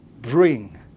bring